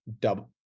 double